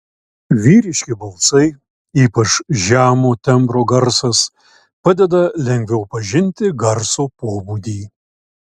vyriški balsai ypač žemo tembro garsas padeda lengviau pažinti garso pobūdį